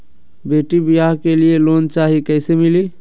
बेटी ब्याह के लिए लोन चाही, कैसे मिली?